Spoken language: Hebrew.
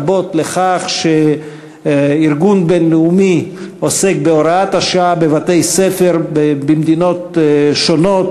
רבות לכך שארגון בין-לאומי עוסק בהוראת השואה בבתי-ספר במדינות שונות,